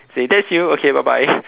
say that's you okay bye bye